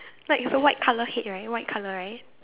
like it's a white colour head right white colour right